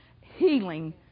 healing